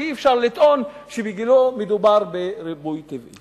ואי-אפשר לטעון שבגילה מדובר בריבוי טבעי.